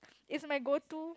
it's my go to